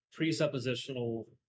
presuppositional